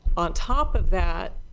on top of that,